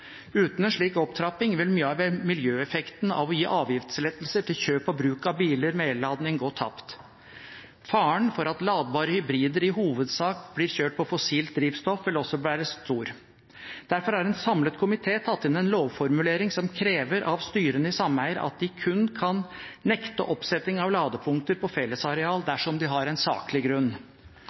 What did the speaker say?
Uten en slik opptrapping vil mye av miljøeffekten av å gi avgiftslettelser til kjøp og bruk av biler med ellading gå tapt. Faren for at ladbare hybrider i hovedsak blir kjørt på fossilt drivstoff vil også være stor. Derfor har en samlet komité tatt inn en lovformulering som krever av styrene i sameier at de kun kan nekte oppsetting av ladepunkter på fellesareal dersom de har en saklig grunn.